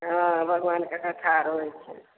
हँ भगवानके कथा आर होयत छनि